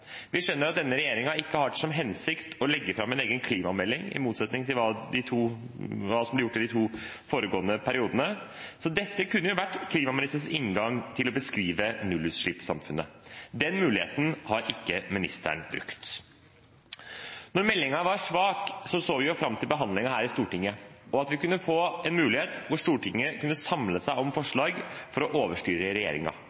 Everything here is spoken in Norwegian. Vi skjønner at denne regjeringen ikke har hatt til hensikt å legge fram en egen klimamelding, i motsetning til hva som ble gjort i de to foregående periodene, så dette kunne vært klimaministerens inngang til å beskrive nullutslippssamfunnet. Den muligheten har ikke ministeren brukt. Når meldingen var svak, så vi fram til behandlingen her i Stortinget og at vi kunne få en mulighet hvor Stortinget kunne samle seg om